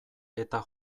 eta